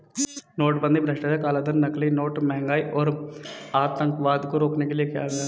नोटबंदी भ्रष्टाचार, कालाधन, नकली नोट, महंगाई और आतंकवाद को रोकने के लिए किया गया